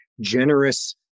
generous